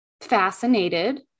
fascinated